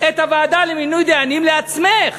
את הוועדה למינוי דיינים לעצמך?